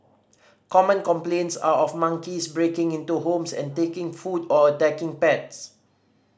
common complaints are of monkeys breaking into homes and taking food or attacking pets